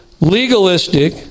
legalistic